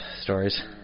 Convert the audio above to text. stories